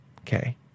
Okay